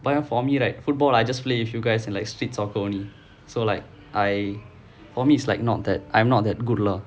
but ya for me right football I just play with you guys in like street soccer only so like I for me it's like not that I'm not that good lah